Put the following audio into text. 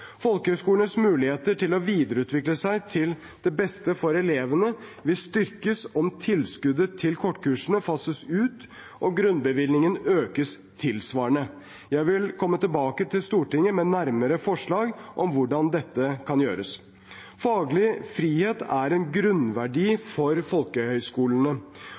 muligheter til å videreutvikle seg til det beste for elevene vil styrkes om tilskuddet til kortkursene fases ut og grunnbevilgningen økes tilsvarende. Jeg vil komme tilbake til Stortinget med nærmere forslag om hvordan dette kan gjøres. Faglig frihet er en grunnverdi for folkehøyskolene,